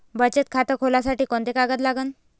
बचत खात खोलासाठी कोंते कागद लागन?